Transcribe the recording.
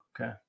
okay